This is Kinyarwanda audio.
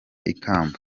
ikamba